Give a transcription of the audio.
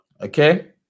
Okay